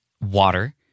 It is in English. water